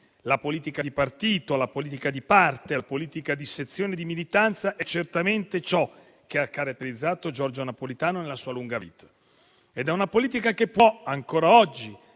la politica di partito, la politica di parte, la politica di sezione e di militanza è certamente ciò che ha caratterizzato Giorgio Napolitano nella sua lunga vita ed è una politica che può ancora oggi